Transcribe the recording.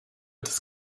des